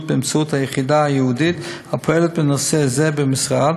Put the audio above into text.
באמצעות היחידה הייעודית הפועלת בנושא זה במשרד